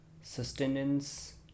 sustenance